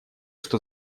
что